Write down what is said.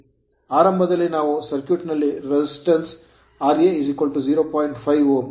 ಆರಂಭದಲ್ಲಿ ಇವು ಸರ್ಕ್ಯೂಟ್ ನಲ್ಲಿ resistance ಪ್ರತಿರೋಧಗಳಾಗಿವೆ